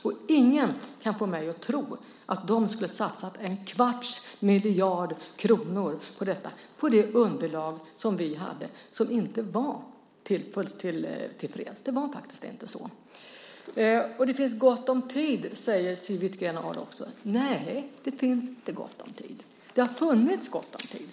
Och ingen kan få mig att tro att de skulle ha satsat en kvarts miljard kronor på detta på det underlag som vi hade och som inte var fullt tillfredsställande. Det var faktiskt inte det. Det finns gott om tid, säger Siw Wittgren-Ahl. Nej, det finns inte gott om tid. Det har funnits gott om tid.